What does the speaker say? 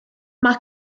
mae